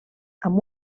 amb